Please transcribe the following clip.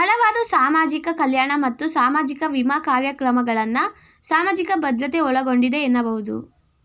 ಹಲವಾರು ಸಾಮಾಜಿಕ ಕಲ್ಯಾಣ ಮತ್ತು ಸಾಮಾಜಿಕ ವಿಮಾ ಕಾರ್ಯಕ್ರಮಗಳನ್ನ ಸಾಮಾಜಿಕ ಭದ್ರತೆ ಒಳಗೊಂಡಿದೆ ಎನ್ನಬಹುದು